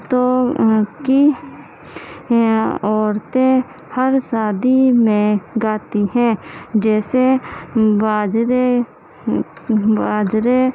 تو کہ عورتیں ہر شادی میں گاتی ہیں جیسے باجرے باجرے